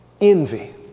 Envy